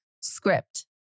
script